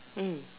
mm